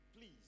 Please